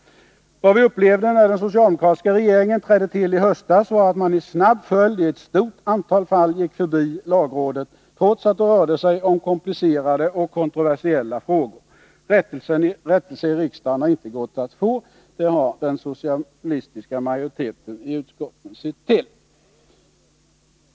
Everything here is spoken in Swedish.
Vad vi upplevde när den socialdemokratiska regeringen trädde till i höstas var att man i snabb följd i ett stort antal fall gick förbi lagrådet, trots att det rörde sig om komplicerade och kontroversiella frågor. Rättelse i riksdagen har inte gått att få — det har den socialistiska majoriteten i utskotten sett till.